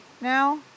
now